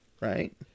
Right